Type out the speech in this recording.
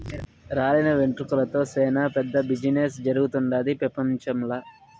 రాలిన వెంట్రుకలతో సేనా పెద్ద బిజినెస్ జరుగుతుండాది పెపంచంల